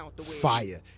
fire